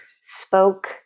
spoke